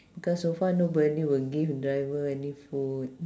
cause so far nobody would give driver any food